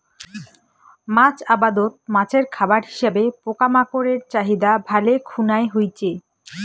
মাছ আবাদত মাছের খাবার হিসাবে পোকামাকড়ের চাহিদা ভালে খুনায় হইচে